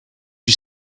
you